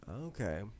Okay